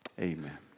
Amen